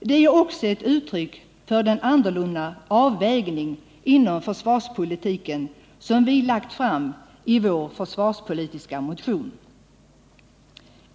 Det är också ett uttryck för den annorlunda avvägning inom försvarspolitiken som vi redovisat i vår försvarspolitiska motion.